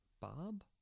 bob